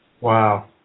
Wow